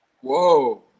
Whoa